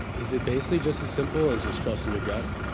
is it basically just as simple as just trusting your gut?